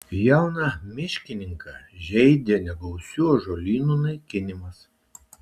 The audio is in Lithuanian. jauną miškininką žeidė negausių ąžuolynų naikinimas